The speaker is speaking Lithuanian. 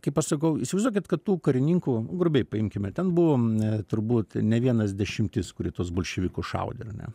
kaip aš sakau įsivaizduokit kad tų karininkų grubiai paimkime ten buvo turbūt ne vienas dešimtis kuri tuos bolševikus šaudė ar ne